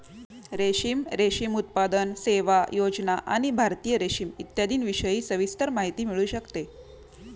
रेशीम, रेशीम उत्पादन, सेवा, योजना आणि भारतीय रेशीम इत्यादींविषयी सविस्तर माहिती मिळू शकते